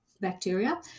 bacteria